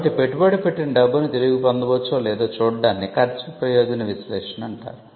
కాబట్టి పెట్టుబడి పెట్టిన డబ్బును తిరిగి పొందవచ్చో లేదో చూడదాన్ని ఖర్చు ప్రయోజన విశ్లేషణ అంటారు